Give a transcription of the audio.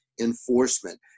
enforcement